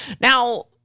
now